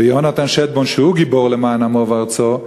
ויונתן שטבון שהוא גיבור למען עמו וארצו,